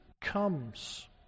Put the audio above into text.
comes